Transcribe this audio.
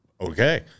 okay